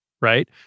right